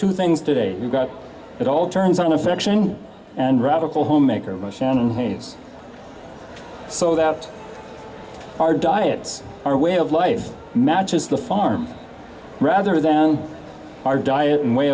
two things today you've got it all turns on affection and radical homemaker emotion and haze so that our diets our way of life matches the farm rather than our diet and way